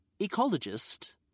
ecologist